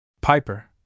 Piper